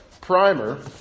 primer